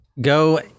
Go